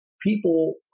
people